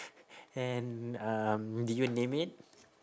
and um did you name it